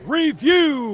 review